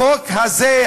החוק הזה,